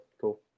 Cool